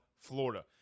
Florida